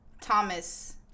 thomas